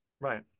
right